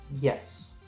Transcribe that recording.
Yes